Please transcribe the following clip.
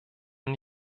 den